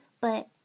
but